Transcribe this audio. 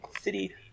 city